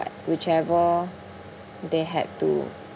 what~ whichever they had to